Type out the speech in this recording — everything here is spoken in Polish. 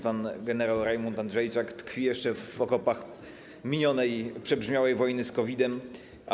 Pan gen. Rajmund Andrzejczak tkwi jeszcze w okopach minionej, przebrzmiałej wojny z COVID-em.